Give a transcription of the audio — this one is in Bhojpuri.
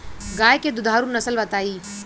गाय के दुधारू नसल बताई?